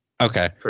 okay